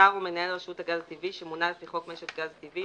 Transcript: השר או מנהל רשות הגז הטבעי שמונה לפי חוק משק הגז הטבעי,